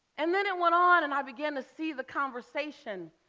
and then it went on and i began to see the conversation.